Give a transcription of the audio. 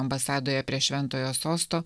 ambasadoje prie šventojo sosto